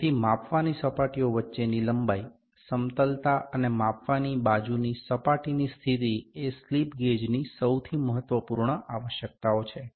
તેથી માપવાની સપાટીઓ વચ્ચેની લંબાઈ સમતલતા અને માપવાની બાજુની સપાટીની સ્થિતિ એ સ્લિપ ગેજની સૌથી મહત્વપૂર્ણ આવશ્યકતાઓ છે